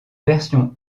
version